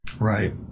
Right